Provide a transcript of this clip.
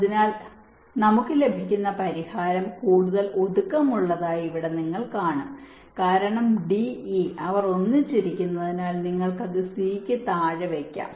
അതിനാൽ നമുക്ക് ലഭിക്കുന്ന പരിഹാരം കൂടുതൽ ഒതുക്കമുള്ളതായി ഇവിടെ നിങ്ങൾ കാണും കാരണം ഡി ഇ അവർ ഒന്നിച്ചിരിക്കുന്നതിനാൽ നിങ്ങൾക്ക് അത് സി ക്ക് താഴെ വയ്ക്കാം